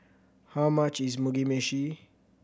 how much is Mugi Meshi